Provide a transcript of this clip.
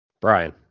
Brian